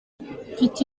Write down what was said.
mfite